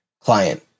client